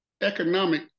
economic